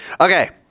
Okay